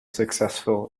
successful